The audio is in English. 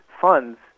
funds